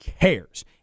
cares